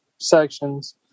sections